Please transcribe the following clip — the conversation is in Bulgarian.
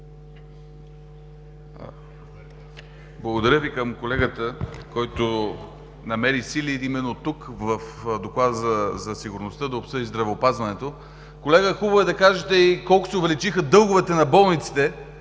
Благодаря Ви. Към колегата, който намери сили именно тук – в Доклада за националната сигурност, да обсъди здравеопазването. Колега, хубаво е да кажете и колко се увеличиха дълговете на болниците